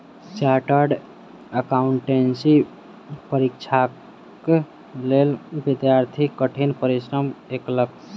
chartered accountancy परीक्षाक लेल विद्यार्थी कठिन परिश्रम कएलक